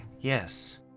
Yes